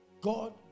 God